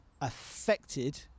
affected